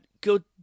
good